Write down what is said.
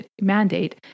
mandate